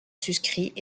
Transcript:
suscrit